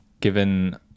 given